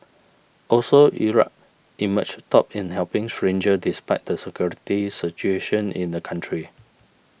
also Iraq emerged top in helping stranger despite the security situation in the country